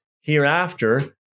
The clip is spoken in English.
Hereafter